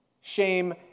shame